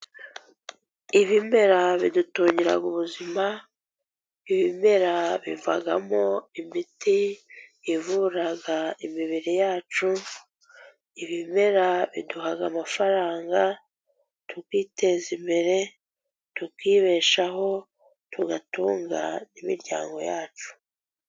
Ibimera bidutungira ubuzima, ibimera bivamo imiti ivura imibiri yacu, ibimera biduha amafaranga tukiteza imbere, tukibeshaho, tugatunga n imiryango yacu.